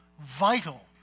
vital